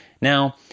Now